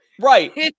Right